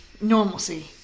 normalcy